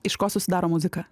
iš ko susidaro muzika